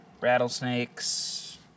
rattlesnakes